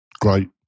Great